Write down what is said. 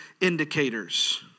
indicators